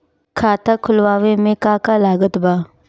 खाता खुलावे मे का का लागत बा?